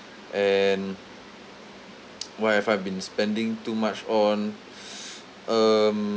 and what have I've been spending too much on um